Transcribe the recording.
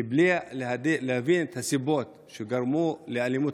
כי בלי להבין את הסיבות שגרמו לאלימות,